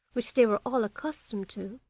which they were all accustomed to,